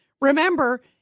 remember